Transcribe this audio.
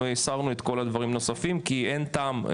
הסרנו את כל הדברים הנוספים כי אין טעם,